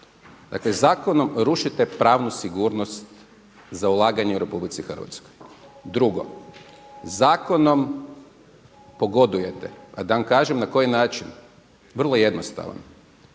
Dakle zakonom rušite pravnu sigurnost za ulaganje u Republici Hrvatskoj. Drugo, zakonom pogodujete a da vam kažem na koji način? Vrlo jednostavan.